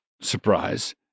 surprise